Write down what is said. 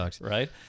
Right